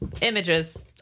images